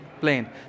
plane